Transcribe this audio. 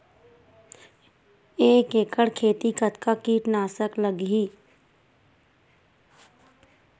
एक एकड़ खेती कतका किट नाशक लगही?